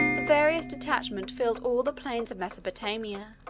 the various detachments filled all the plains of mesopotamia.